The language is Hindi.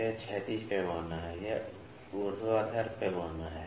तो यह क्षैतिज पैमाना है यह ऊर्ध्वाधर पैमाना है